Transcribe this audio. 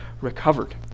recovered